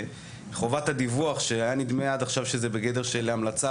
חובת הדיווח שהיה נדמה עד עכשיו שזה בגדר של המלצה,